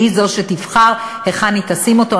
והיא תבחר היכן היא תשים אותו,